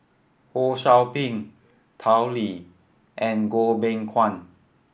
Ho Sou Ping Tao Li and Goh Beng Kwan